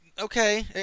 okay